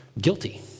guilty